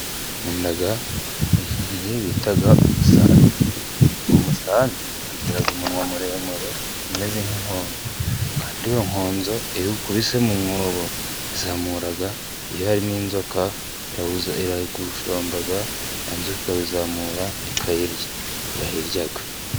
Nkunda inyoni bita umusambi. Umusambi ugira umunwa muremure umeze nk'inkonzo, kandi iyo nkonzo iyo uyikubise mu mwobo izamura, iyo harimo inzoka irayijomba inzoka ikayizamura ikayirya, irayirya.